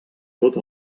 tot